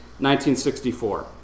1964